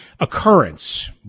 occurrence